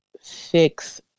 fix